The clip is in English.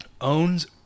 owns